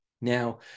Now